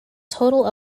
total